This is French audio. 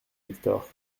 hector